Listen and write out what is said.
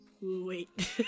wait